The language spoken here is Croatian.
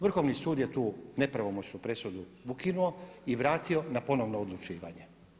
Vrhovni sud je tu nepravomoćnu presudu ukinuo i vratio na ponovno odlučivanje.